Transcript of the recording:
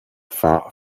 far